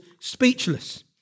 speechless